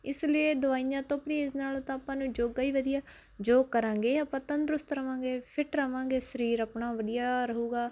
ਇਸ ਲਈ ਦਵਾਈਆਂ ਤੋਂ ਪਰਹੇਜ਼ ਨਾਲ ਤਾਂ ਆਪਾਂ ਨੂੰ ਯੋਗਾ ਹੀ ਵਧੀਆ ਯੋਗ ਕਰਾਂਗੇ ਆਪਾਂ ਤੰਦਰੁਸਤ ਰਵਾਂਗੇ ਫਿਟ ਰਹਾਂਗੇ ਸਰੀਰ ਆਪਣਾ ਵਧੀਆ ਰਹੂਗਾ